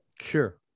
Sure